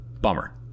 Bummer